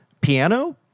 piano